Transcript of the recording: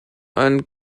ein